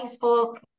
Facebook